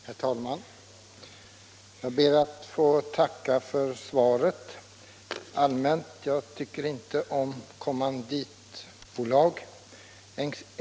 Herr talman! Jag ber att få tacka för svaret. Allmänt sett tycker jag inte om kommanditbolag.